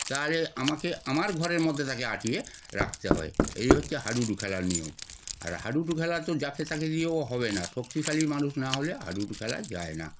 তাহলে আমাকে আমার ঘরের মধ্যে তাকে আটকিয়ে রাখতে হয় এই হচ্ছে হাডুডু খেলার নিয়ম আর হাডুডু খেলা তো যাকে তাকে দিয়েও হবে না শক্তিশালী মানুষ না হলে হাডুডু খেলা যায় না